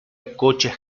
coches